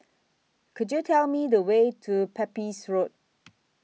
Could YOU Tell Me The Way to Pepys Road